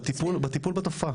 בטיפול בתופעה.